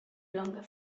longer